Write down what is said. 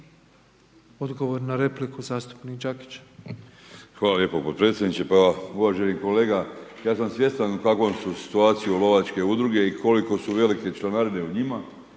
Odgovor na repliku zastupnik Đakić. **Đakić, Josip (HDZ)** Hvala lijepo podpredsjedniče, hvala uvaženi kolega. Ja sam svjestan u kakvoj su situaciji lovačke udruge i koliko su velike članarine u njima.